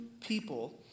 people